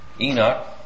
Enoch